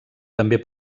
també